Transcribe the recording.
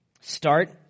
Start